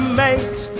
mate